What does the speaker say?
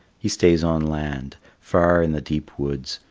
he stays on land far in the deep woods,